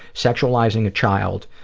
sexualizing a child